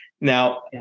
Now